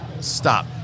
Stop